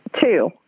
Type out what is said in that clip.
Two